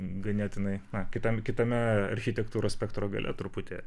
ganėtinai kitam kitame architektūros spektro gale truputį